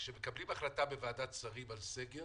כאשר מקבלים החלטה בוועדת השרים על סגר